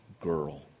girl